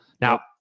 Now